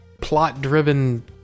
plot-driven